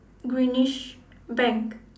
greenish bank